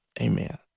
Amen